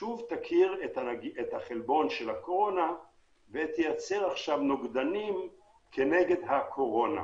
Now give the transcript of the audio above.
שוב תכיר את החלבון של הקורונה ותייצר נוגדנים כנגד הקורונה.